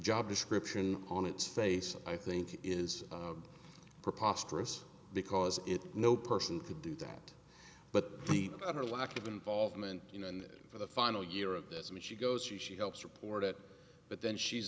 job description on its face i think is preposterous because it no person could do that but her lack of involvement you know and for the final year of this i mean she goes she she helps report it but then she's